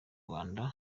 rwanda